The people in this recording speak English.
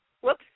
Whoops